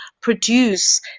produce